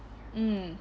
mm